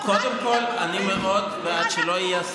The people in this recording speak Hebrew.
אבל קודם כול אני מאוד בעד שלא יהיה,